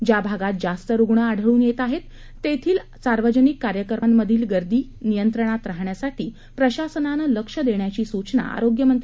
ज्या भागात जास्त रुग्ण आढळून येत आहेत तेथील सार्वजनिक कार्यक्रमांमधील गर्दी नियंत्रणात राहण्यासाठी प्रशासनाने लक्ष देण्याची सूचना आरोग्यमंत्री